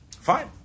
fine